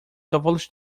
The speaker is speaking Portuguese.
cavalos